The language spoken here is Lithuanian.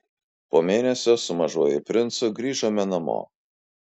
po mėnesio su mažuoju princu grįžome namo